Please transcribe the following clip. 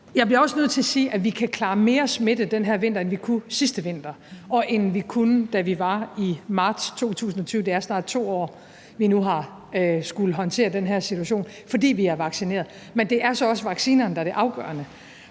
Jeg bliver også nødt til at sige, at vi kan klare mere smitte den her vinter, end vi kunne sidste vinter, og end vi kunne, da vi var i marts 2020 – det er snart i 2 år, vi nu har skullet håndtere den her situation – fordi vi er vaccineret. Men det er så også vaccinerne, der er det afgørende.